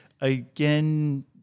again